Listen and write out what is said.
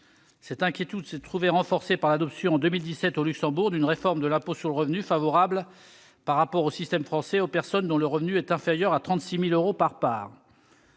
Cette inquiétude s'est trouvée renforcée par l'adoption en 2017 au Luxembourg d'une réforme de l'impôt sur le revenu favorable, par rapport au système français, aux personnes dont le revenu est inférieur à 36 000 euros par part.